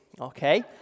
okay